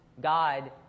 God